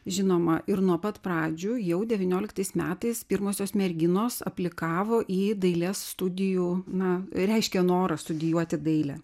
žinoma ir nuo pat pradžių jau devynioliktais metais pirmosios merginos aplikavo į dailės studijų na reiškė norą studijuoti dailę